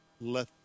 Let